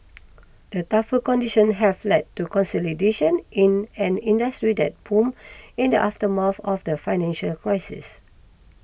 the tougher conditions have led to consolidation in an industry that boomed in the aftermath of the financial crisis